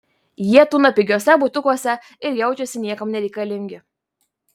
jie tūno pigiuose butukuose ir jaučiasi niekam nereikalingi